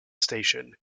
station